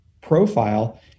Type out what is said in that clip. profile